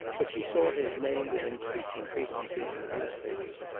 but she saw his name with increasing frequency in the newspapers.